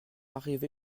arrivé